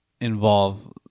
involve